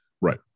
right